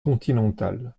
continental